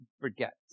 forget